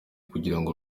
kugirango